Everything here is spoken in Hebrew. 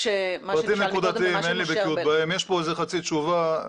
יש פה חצי תשובה,